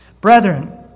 Brethren